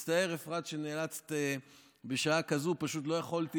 מצטער, אפרת, שנאלצת בשעה כזאת, פשוט לא יכולתי